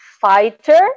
fighter